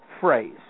phrase